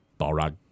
Balrog